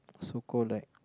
so call like